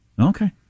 Okay